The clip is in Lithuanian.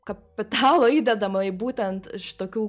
kapitalo įdedama į būtent šitokių